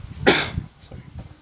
sorry